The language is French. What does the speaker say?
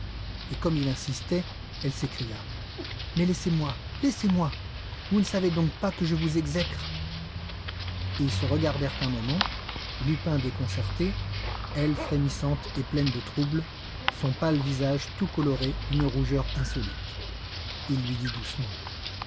et comme il insistait elle s'écria mais laissez-moi laissez-moi vous ne savez donc pas que je vous exècre ils se regardèrent un moment lupin déconcerté elle frémissante et pleine de trouble son pâle visage tout coloré d'une rougeur insolite il lui dit doucement